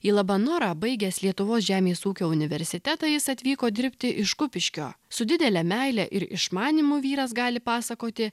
į labanorą baigęs lietuvos žemės ūkio universitetą jis atvyko dirbti iš kupiškio su didele meile ir išmanymu vyras gali pasakoti